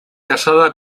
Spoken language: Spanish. casada